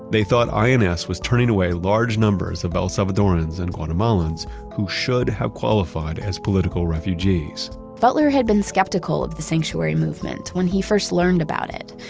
thought ins was turning away large numbers of el salvadorians and guatemalans who should have qualified as political refugees butler had been skeptical of the sanctuary movement when he first learned about it,